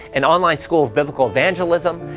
an online school of biblical evangelism,